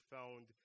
found